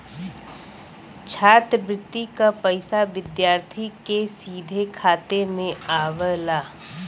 छात्रवृति क पइसा विद्यार्थी के सीधे खाते में आवला